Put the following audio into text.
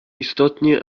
istotnie